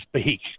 speak